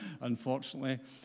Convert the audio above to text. unfortunately